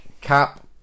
cap